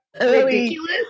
ridiculous